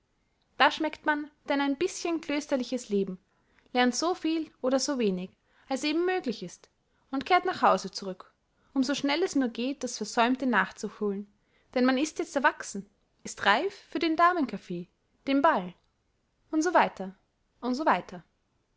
da schmeckt man denn ein bischen klösterliches leben lernt so viel oder so wenig als eben möglich ist und kehrt nach hause zurück um so schnell es nur geht das versäumte nachzuholen denn man ist jetzt erwachsen ist reif für den damenkaffee den ball u s w u s w